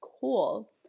cool